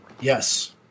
yes